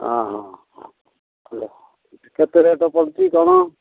ହଁ ହଁ ହ ହେଲୋ କେତେ ରେଟ୍ ପଡ଼ୁଛି କ'ଣ